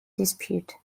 dispute